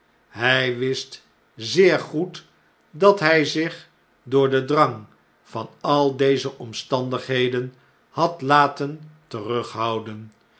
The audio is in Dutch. hjj wist zeer goed dat hy zich door den drang van al deze omstandigheden had laten terughouden